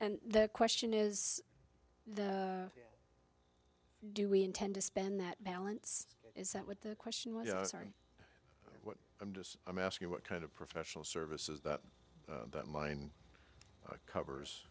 and the question is the do we intend to spend that balance is that what the question was i'm just i'm asking what kind of professional services that that mine covers